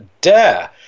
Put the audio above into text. dare